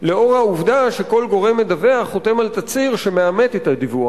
לאור העובדה שכל גורם מדווח חותם על תצהיר שמאמת את הדיווח,